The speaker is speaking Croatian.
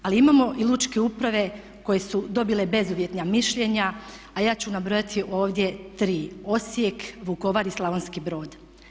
Ali imamo i lučke uprave koje su dobile bezuvjetna mišljenja a ja ću nabrojati ovdje tri: Osijek, Vukovar i Slavonski Brod.